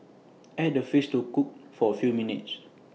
add the fish to cook for A few minutes